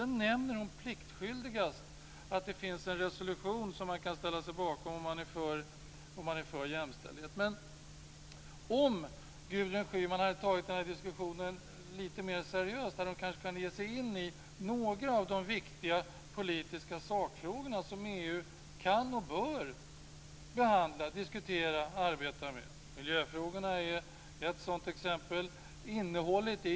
Sedan nämner hon pliktskyldigast att det finns en resolution som man kan ställa sig bakom om man är för jämställdhet. Men om Gudrun Schyman hade tagit den här diskussionen lite mer seriöst kanske hon hade kunnat ge sig in i några av de viktiga politiska sakfrågorna som EU kan och bör behandla, diskutera och arbeta med. Miljöfrågorna är ett sådant exempel.